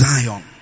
Zion